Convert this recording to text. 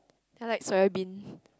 then I like soya bean